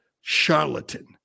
charlatan